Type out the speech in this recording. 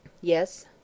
Yes